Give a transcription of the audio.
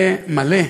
מלא האנרגיה,